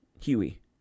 Huey